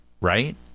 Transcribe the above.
right